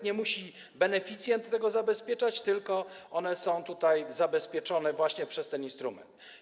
Nie musi beneficjent tego zabezpieczać, tylko jest to tutaj zabezpieczone właśnie przez ten instrument.